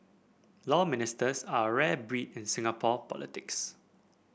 Law Ministers are a rare breed in Singapore politics